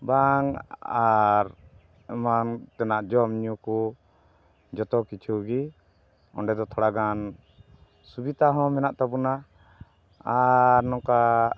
ᱵᱟᱝ ᱟᱨ ᱮᱢᱟᱱ ᱛᱮᱱᱟᱜ ᱡᱚᱢᱼᱧᱩ ᱠᱚ ᱡᱚᱛᱚ ᱠᱤᱪᱷᱩ ᱜᱮ ᱚᱸᱰᱮ ᱫᱚ ᱛᱷᱚᱲᱟᱜᱟᱱ ᱥᱩᱵᱤᱛᱟ ᱦᱚᱸ ᱢᱮᱱᱟᱜ ᱛᱟᱵᱚᱱᱟ ᱟᱨ ᱱᱚᱝᱠᱟ